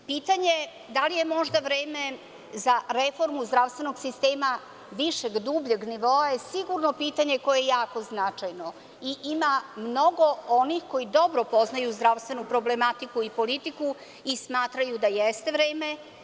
Pitanje je da li je možda vreme za reformu zdravstvenog sistema višeg i dubljeg nivoa je sigurno pitanje koje je jako značajno i ima mnogo onih koji dobro poznaju zdravstvenu problematiku i politiku i smatraju da jeste vreme.